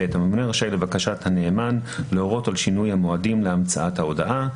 הממונה רשאי לבקשת הנאמן להורות על שינוי המועדים להמצאת ההודעה.